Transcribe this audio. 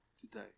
today